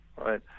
Right